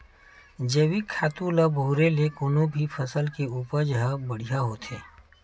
जइविक खातू ल बउरे ले कोनो भी फसल के उपज ह बड़िहा होथे